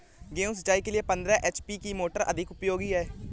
गेहूँ सिंचाई के लिए पंद्रह एच.पी की मोटर अधिक उपयोगी है?